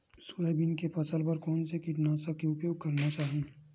Soybean के फसल बर कोन से कीटनाशक के उपयोग करना चाहि?